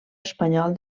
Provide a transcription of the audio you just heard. espanyol